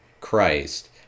Christ